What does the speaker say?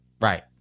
right